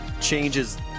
changes